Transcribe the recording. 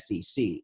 SEC